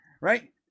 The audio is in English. right